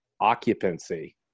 occupancy